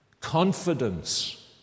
confidence